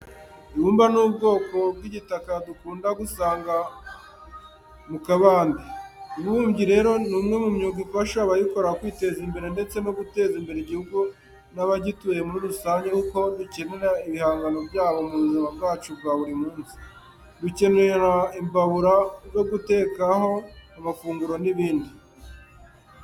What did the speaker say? Ibumba ni ubwoko by'igitaka dukunda gusanga mu kabande. Ububumbyi rero ni umwe mu myuga ifasha abayikora kwiteza imbere ndetse no guteza imbere igihugu n'abagituye muri rusange kuko dukenera ibihangano byabo mu buzima bwacu bwa buri munsi. Dukenera imbabura zo gutekaho amafunguro n'ibindi.